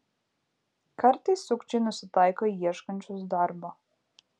kartais sukčiai nusitaiko į ieškančius darbo